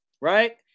right